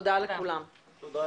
תודה לכולם.